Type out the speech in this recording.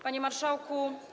Panie Marszałku!